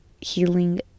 healing